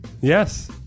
Yes